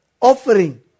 offering